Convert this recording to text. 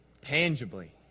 tangibly